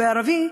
וערבי,